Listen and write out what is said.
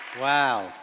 wow